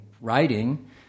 writing